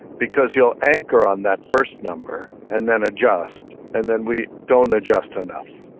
because you will anchor on that first number and then adjust, and then we don't adjust enough.